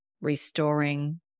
restoring